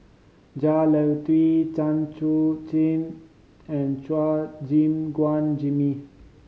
Jah Lelawati Chan Chun Jing and Chua Gim Guan Jimmy